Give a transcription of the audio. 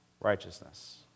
righteousness